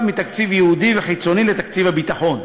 מתקציב ייעודי וחיצוני לתקציב הביטחון.